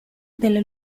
della